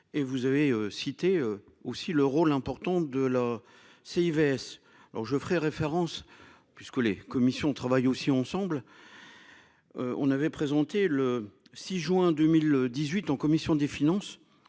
et vous avez cité aussi le rôle important de la C. Ivest. Alors je ferai référence puisque les commissions travaillent aussi ensemble. On avait présenté le 6 juin 2018 en commission des finances